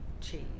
cheese